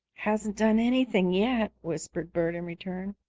hasn't done anything yet, whispered bert in return.